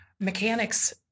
mechanics